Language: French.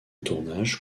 tournage